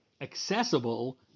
accessible